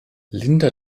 linda